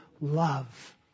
Love